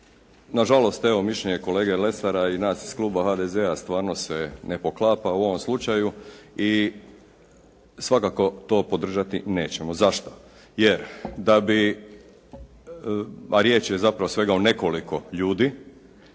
nažalost evo mišljenje kolege Lesara i nas iz Kluba HDZ-a stvarno se ne poklapa u ovom slučaju i svakako to podržati nećemo. Zašto? Jer da bi, pa riječ je zapravo svega o nekoliko ljudi